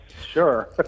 Sure